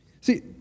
See